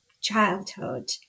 childhood